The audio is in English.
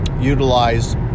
utilize